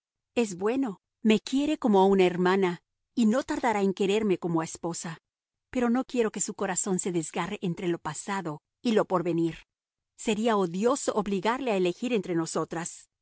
es bueno me quiere como a una hermana y no tardará en quererme como a esposa pero no quiero que su corazón se desgarre entre lo pasado y lo porvenir sería odioso obligarle a elegir entre nosotras